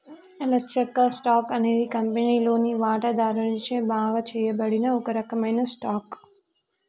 లచ్చక్క, stock అనేది కంపెనీలోని బాగా వాటాదారుచే చేయబడిన ఒక రకమైన స్టాక్